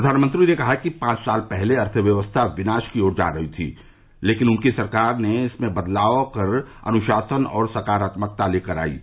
प्रधानमंत्री ने कहा कि पांच साल पहले अर्थव्यवस्था विनाश की ओर जा रही थी लेकिन उनकी सरकार इसमें बदलाव कर अनुशासन और सकारात्मकता लेकर आई है